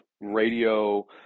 radio